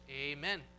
Amen